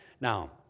Now